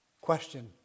Question